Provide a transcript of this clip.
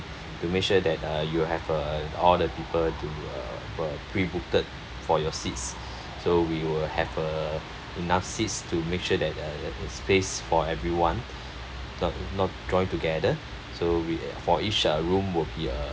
to make sure that uh you have uh all the people to uh the pre-booked for your seats so we will have uh enough seats to make sure that uh space for everyone not not join together so we uh for each uh room will be uh